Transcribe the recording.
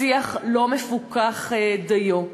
השיח לא מפוקח דיו,